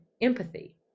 empathy